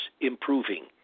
improving